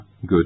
good